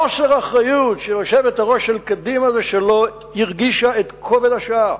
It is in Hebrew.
חוסר האחריות של היושבת-ראש של קדימה זה שלא הרגישה את כובד השעה,